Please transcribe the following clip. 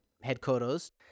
headquarters